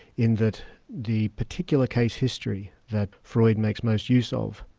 in that the particular case history that freud makes most use of,